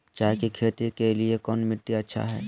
चाय की खेती के लिए कौन मिट्टी अच्छा हाय?